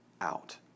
out